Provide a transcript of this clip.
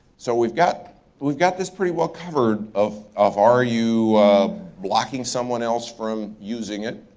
so we've got we've got this pretty well-covered of of are you blocking someone else from using it?